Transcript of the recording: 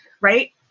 right